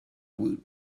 woot